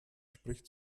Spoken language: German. spricht